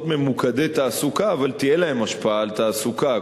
ממוקדי תעסוקה אבל תהיה להם השפעה על התעסוקה,